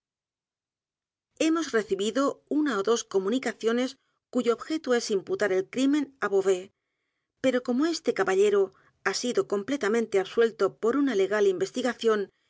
hemos recibido u n a ó dos comunicaciones cuyo objeto es imputar el crimen á b e a u v a i s pero como este caballero h a sido completamente absuelto por una legal investigación